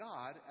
God